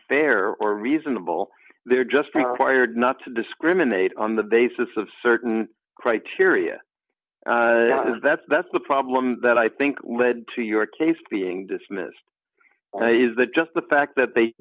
fair or reasonable they're just required not to discriminate on the basis of certain criteria that's that's the problem that i think led to your case being dismissed is that just the fact that they